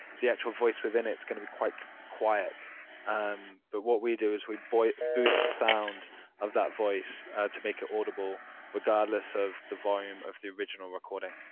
the actual voice within it's gonna be quite quiet um but what we do is we boost the sound of that voice to make it audible regardless of the volume of the original recording.